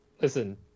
Listen